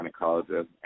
gynecologist